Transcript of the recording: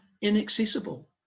inaccessible